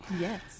Yes